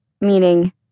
meaning